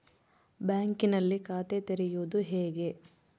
ಬ್ಯಾಂಕಿನಲ್ಲಿ ಖಾತೆ ತೆರೆಯುವುದು ಹೇಗೆ?